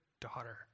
daughter